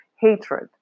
hatred